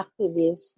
activists